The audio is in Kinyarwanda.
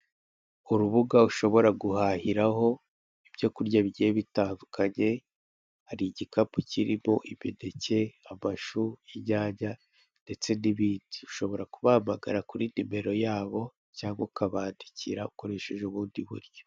Urubuga ushobora guhahiraho ibyo kurya bigiye bitandukanye, hari igikapu kirimo imineke, amashu, inyanya ndetse n'ibindi. Ushobora kuba wahamagara kuri nimero yabo cyangwa ukabandikira ukoresheje ubundi buryo.